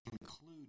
include